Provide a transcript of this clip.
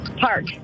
Park